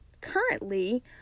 currently